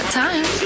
time